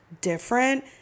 different